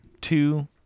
two